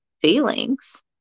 feelings